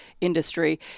industry